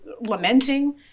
lamenting